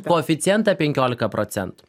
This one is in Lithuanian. koeficientą penkiolika procentų